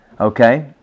Okay